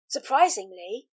Surprisingly